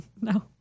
No